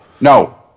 no